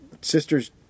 sister's